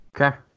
Okay